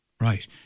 Right